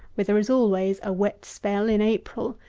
where there is always a wet spell in april,